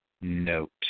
note